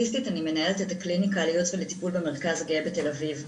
אני מנהלת את הקליניקה לייעוץ וטיפול במרכז הגאה בתל אביב.